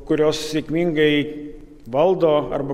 kurios sėkmingai valdo arba